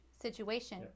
situation